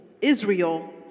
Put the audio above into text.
Israel